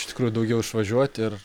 iš tikrųjų daugiau išvažiuot ir